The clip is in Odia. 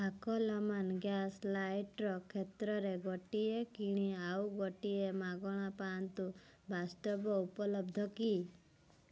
ଫାକଲମାନ୍ ଗ୍ୟାସ୍ ଲାଇଟର୍ କ୍ଷେତ୍ରରେ ଗୋଟିଏ କିଣି ଆଉ ଗୋଟିଏ ମାଗଣା ପାଆନ୍ତୁ ବାସ୍ତାବ ଉପଲବ୍ଧ କି